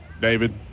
David